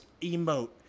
emote